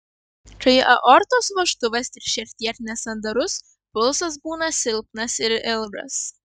kai aortos vožtuvas tik šiek tiek nesandarus pulsas būna silpnas ir ilgas